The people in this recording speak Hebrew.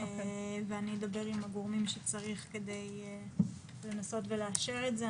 אני אבר עם הגורמים שצריך כדי לנסות ולאשר את זה.